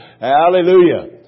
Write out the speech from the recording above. hallelujah